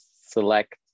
select